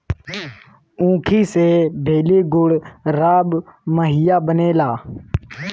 ऊखी से भेली, गुड़, राब, माहिया बनेला